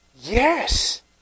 Yes